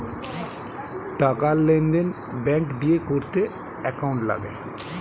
টাকার লেনদেন ব্যাঙ্ক দিয়ে করতে অ্যাকাউন্ট লাগে